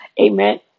amen